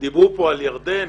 דיברו כאן על ירדן.